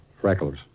Freckles